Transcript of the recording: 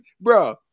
bro